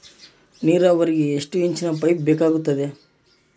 ನೇರಾವರಿಗೆ ಎಷ್ಟು ಇಂಚಿನ ಪೈಪ್ ಬೇಕಾಗುತ್ತದೆ?